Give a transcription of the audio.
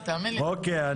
אוקיי.